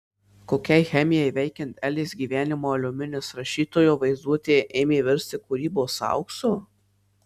kokiai chemijai veikiant elės gyvenimo aliuminis rašytojo vaizduotėje ėmė virsti kūrybos auksu